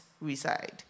reside